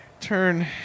turn